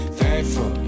thankful